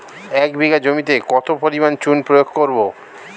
এক বিঘা জমিতে কত পরিমাণ চুন প্রয়োগ করব?